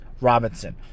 Robinson